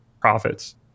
profits